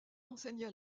enseigna